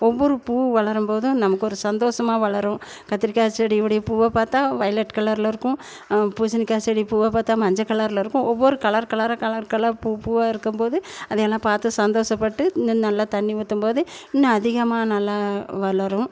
ஒவ்வொரு பூவும் வளரும் போதும் நமக்கு ஒரு சந்தோஷமா வளரும் கத்திரிக்காய் செடியோடைய பூவை பார்த்தா வைலட் கலரில் இருக்கும் பூசணிக்காய் செடி பூவை பார்த்தா மஞ்சள் கலரில் இருக்கும் ஒவ்வொரு கலர் கலராக கலர் கலர் பூ பூவா இருக்கும்போது அதையெல்லாம் பார்த்து சந்தோஷப்பட்டு இன்னும் நல்லா தண்ணீர் ஊற்றும்போது இன்னும் அதிகமாக நல்லா வளரும்